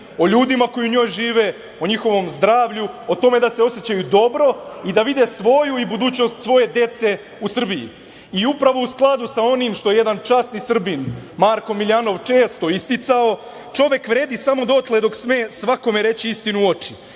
o ljudima koji u njoj žive, o njihovom zdravlju, o tome da se osećaju dobro i da vide svoju i budućnost svoje dece u Srbiji.I, upravo u skladu sa onim što je jedan časni Srbin Marko Miljanov često isticao – čovek vredi samo dotle dok sme svakome reći istinu u oči,